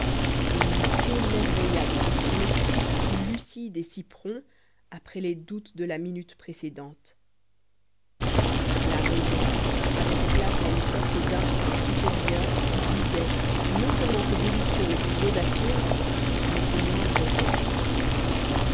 et il s'émerveilla de ce que son esprit fût si lucide et si prompt après les doutes de la minute précédente la raison avait fait place à une sorte d'instinct supérieur qui guidait non seulement ses déductions les plus audacieuses mais ses moindres gestes